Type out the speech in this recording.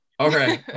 Okay